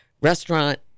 restaurant